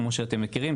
כמו שאתם מכירים,